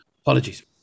Apologies